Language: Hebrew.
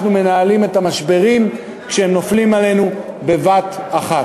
מנהלים את המשברים כשהם נופלים עלינו בבת-אחת.